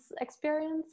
experience